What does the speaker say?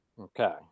Okay